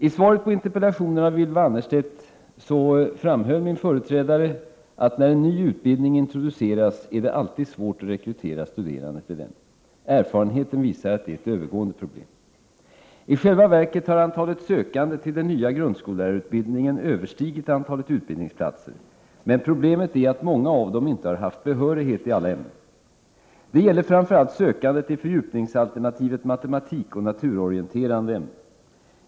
: I svaret på interpellationen av Ylva Annerstedt framhöll min företrädare att när en ny utbildning introduceras är det alltid svårt att rekrytera studerande till den. Erfarenheten visar att detta är ett övergående problem. I själva verket har antalet sökande till den nya grundskollärarutbildningen överstigit antalet utbildningsplatser, men problemet är att många av de sökande inte har haft behörighet i alla ämnen. Detta gäller framför allt sökande till fördjupningsalternativet matematik och naturorienterande ämnen.